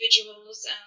individuals